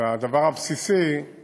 אז הדבר הבסיסי הוא